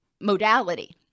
modality